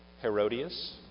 Herodias